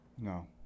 No